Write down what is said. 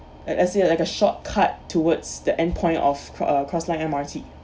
and as in like a shortcut towards the end point of cro~ uh cross line M_R_T